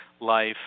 life